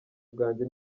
bwanjye